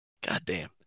goddamn